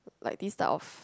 like this type of